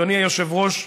אדוני היושב-ראש,